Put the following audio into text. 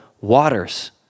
waters